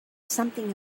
something